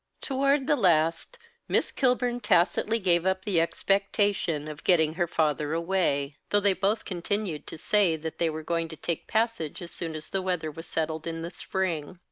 toward the last miss kilburn tacitly gave up the expectation of getting her father away, though they both continued to say that they were going to take passage as soon as the weather was settled in the spring.